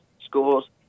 schools